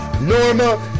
Norma